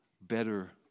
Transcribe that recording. better